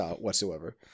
whatsoever